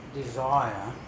desire